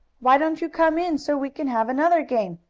why don't you come in, so we can have another game?